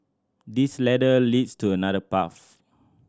this ladder leads to another path